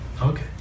Okay